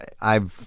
I've-